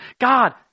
God